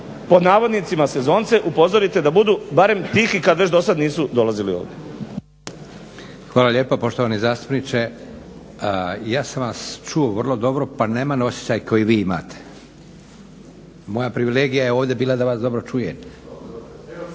predsjedniče da "sezonce" upozorite da budu barem tihi kada već do sada nisu dolazili ovdje. **Leko, Josip (SDP)** Hvala lijepa poštovani zastupniče. Ja sam vas čuo vrlo dobro pa nemam osjećaj koji vi imate. Moja privilegija je ovdje bila da vas dobro čujem.